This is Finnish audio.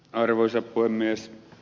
arvoisa puhemies